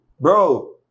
bro